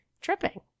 tripping